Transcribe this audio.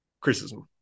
criticism